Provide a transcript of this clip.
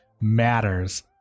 matters